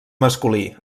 masculí